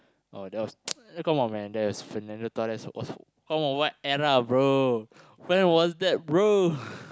oh that was come on man that was Fernando-Torres come on what era bro when was that bro